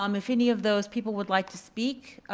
um if any of those people would like to speak,